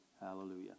Hallelujah